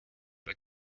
but